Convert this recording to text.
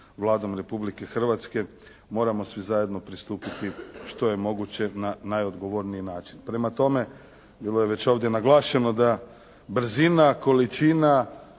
Vladom Republike Hrvatske moramo svi zajedno pristupiti što je moguće na najodgovorniji način. Prema tome bilo je već ovdje naglašeno da brzina, količina